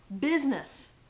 business